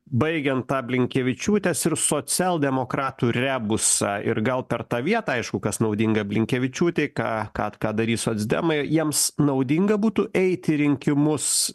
baigiant tą blinkevičiūtės ir socialdemokratų rebusą ir gal per tą vietą aišku kas naudinga blinkevičiūtei ką ką ką darys socdemai jiems naudinga būtų eiti į rinkimus